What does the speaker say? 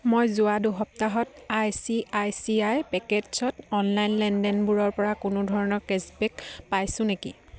মই যোৱা দুই সপ্তাহত I C I C I পেকেটছ্ত অনলাইন লেনদেনবোৰৰপৰা কোনো ধৰণৰ কেশ্ববেক পাইছোঁ নেকি